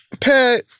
pet